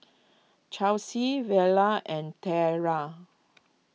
Chelsie Vella and Tayla